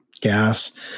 gas